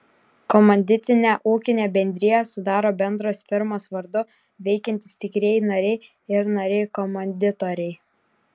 komanditinę ūkinę bendriją sudaro bendros firmos vardu veikiantys tikrieji nariai ir nariai komanditoriai